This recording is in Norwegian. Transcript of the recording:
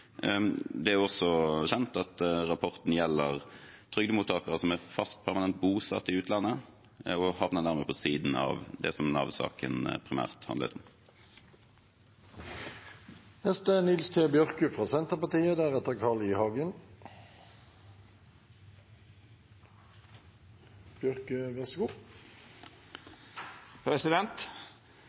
det punktet. Det er også kjent at rapporten gjelder trygdemottakere som er fast permanent bosatt i utlandet, og dette havner dermed på siden av det som Nav-saken primært handlet